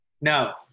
No